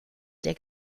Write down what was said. der